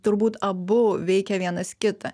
turbūt abu veikia vienas kitą